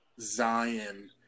Zion